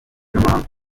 n’amahanga